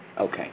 Okay